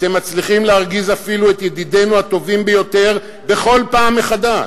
אתם מצליחים להרגיז אפילו את ידידינו הטובים ביותר כל פעם מחדש.